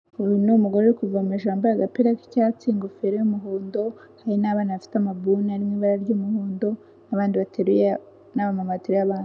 Uyu ni umugore kuvomesha wambaye agapira k'icyatsi, ingofero y'umuhondo, hari n'abana bafite amabuni ari mu ibara ry'umuhondo, n'abamama bateruye y'abana.